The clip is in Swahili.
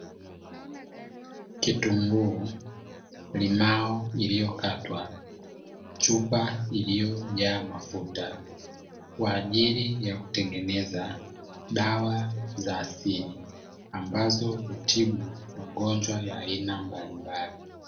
Kitunguu, limao iliyokatwa, chupa iliyojaa mafuta kwa ajili ya kutengeneza dawa za asili, ambazo hutibu magonjwa ya aina mbalimbali.